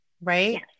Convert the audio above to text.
right